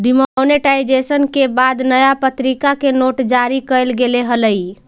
demonetisation के बाद नया प्तरीका के नोट जारी कैल गेले हलइ